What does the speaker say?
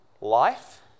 life